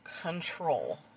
control